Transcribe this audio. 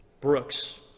Brooks